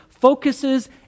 focuses